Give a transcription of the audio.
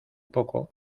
poco